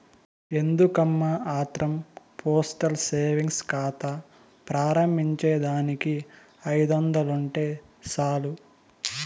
ఎందుకమ్మా ఆత్రం postal savings కాతా ప్రారంబించేదానికి ఐదొందలుంటే సాలు